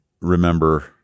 remember